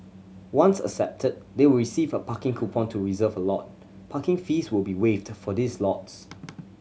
once accepted they will receive a parking coupon to reserve a lot Parking fees will be waived for these lots